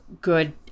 good